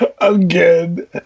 again